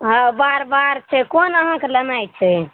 हँ बार बार छै कोन अहाँके लेनाइ छै